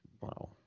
Wow